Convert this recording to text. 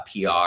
PR